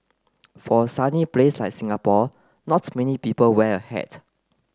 for a sunny place like Singapore not many people wear a hat